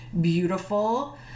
beautiful